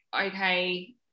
okay